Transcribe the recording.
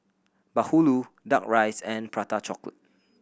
bahulu Duck Rice and Prata Chocolate